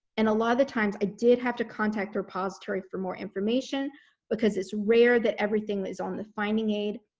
and a lot of the times i did have to contact repository for more information because it's rare that everything is on the finding aid.